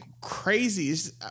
crazy